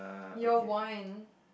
your wine